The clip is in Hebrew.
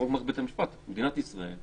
לא רק מערכת בתי המשפט אלא מדינת ישראל,